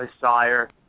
sire